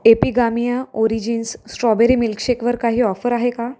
Epigamia origins strawberry मिल्कशेकवर काही offer आहे का